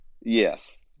Yes